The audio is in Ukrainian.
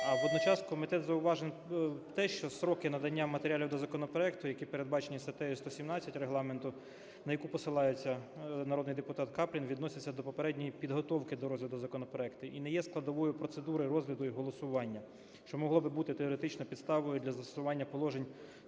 А водночас комітет зауважив те, що строки надання матеріалів до законопроекту, які передбачені статтею 117 Регламенту, на яку посилається народний депутатКаплін, відносяться до попередньої підготовки до розгляду законопроекту і не є складовою процедури розгляду і голосування, що могло би бути теоретично підставою для застосування положень